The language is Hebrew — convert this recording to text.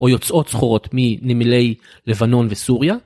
או יוצאות שכורות מנמלי לבנון וסוריה?